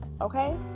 okay